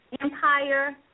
Empire